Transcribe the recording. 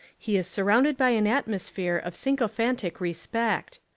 he is surrounded by an at mosphere of sycophantic respect.